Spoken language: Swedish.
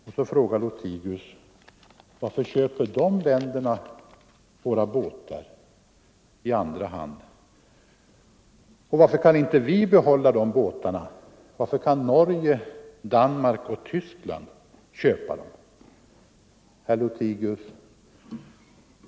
Och så frågar herr Lothigius: Varför köper de länderna våra båtar i andra hand? Varför kan inte vi behålla de båtarna själva? Varför kan Norge, Danmark och Tyskland köpa dem?